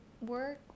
work